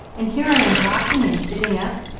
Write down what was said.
and here i am walking and sitting up,